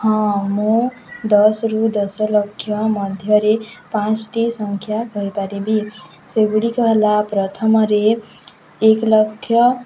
ହଁ ମୁଁ ଦଶରୁ ଦଶ ଲକ୍ଷ ମଧ୍ୟରେ ପାଞ୍ଚଟି ସଂଖ୍ୟା କହିପାରିବି ସେଗୁଡ଼ିକ ହେଲା ପ୍ରଥମରେ ଏକ ଲକ୍ଷ